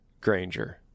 Granger